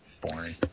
Boring